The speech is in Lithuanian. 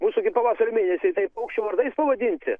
mūsų gi pavasario mėnesiai tai paukščių vardais pavadinti